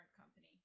company